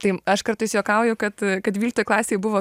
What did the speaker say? tai aš kartais juokauju kad kad dvyliktoj klasėj buvo